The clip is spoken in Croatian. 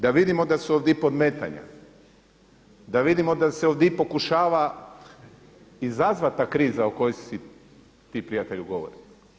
Da vidimo da su ovdi podmetanja, da vidimo da se ovdi pokušava izazvat ta kriza o kojoj si ti prijatelju govorio.